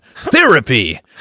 therapy